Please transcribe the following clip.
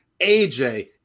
AJ